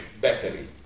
battery